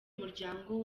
muryango